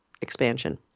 expansion